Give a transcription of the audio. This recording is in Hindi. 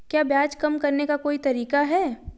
क्या ब्याज कम करने का कोई तरीका है?